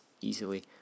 easily